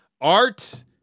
Art